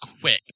quick